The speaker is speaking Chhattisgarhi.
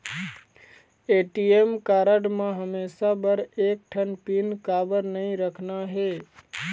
ए.टी.एम कारड म हमेशा बर एक ठन पिन काबर नई रखना हे?